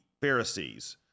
Pharisees